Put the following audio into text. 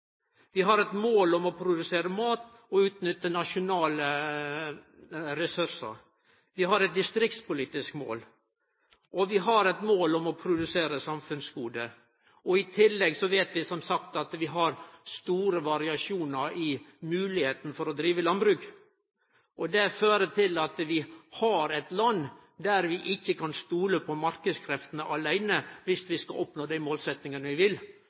Vi har eit mål om å produsere mat og utnytte nasjonale ressursar. Vi har eit distriktspolitisk mål, og vi har eit mål om å produsere samfunnsgode, og i tillegg veit vi, som sagt, at vi har store variasjonar i moglegheita for å drive landbruk. Det fører til at vi har eit land der vi ikkje kan stole på marknadskreftene åleine dersom vi skal oppnå dei målsetjingane vi vil.